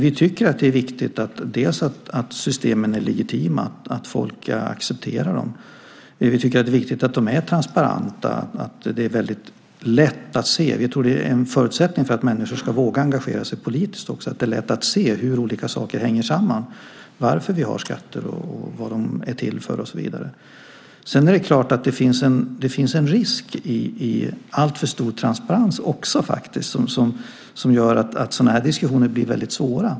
Vi tycker att det är viktigt dels att systemen är legitima, att folk accepterar dem, dels att de är transparenta. Vi tror att det är en förutsättning också för att människor ska våga engagera sig politiskt att det är lätt att se hur olika saker hänger samman, varför vi har skatter, vad de är till för, och så vidare. Sedan är det klart att det också finns en risk med alltför stor transparens som gör att sådana här diskussioner blir väldigt svåra.